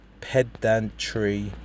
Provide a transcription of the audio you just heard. pedantry